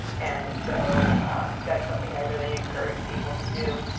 and so that's something i really encourage people to do,